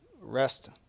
rest